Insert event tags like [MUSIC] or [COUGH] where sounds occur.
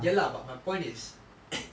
ya lah but my point is [COUGHS]